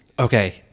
Okay